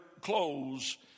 clothes